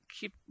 keep